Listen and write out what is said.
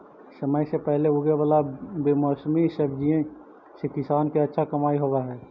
समय से पहले उगे वाला बेमौसमी सब्जि से किसान के अच्छा कमाई होवऽ हइ